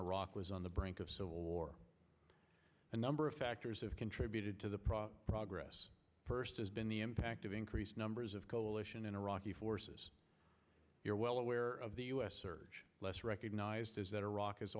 iraq was on the brink of civil war a number of factors have contributed to the proper progress person has been the impact of increased numbers of coalition and iraqi forces you're well aware of the u s surge less recognized is that iraq